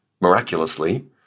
miraculously